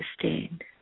sustained